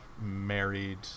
married